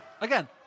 Again